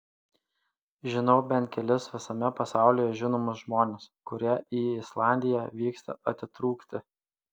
žinau bent kelis visame pasaulyje žinomus žmones kurie į islandiją vyksta atitrūkti